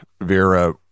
Vera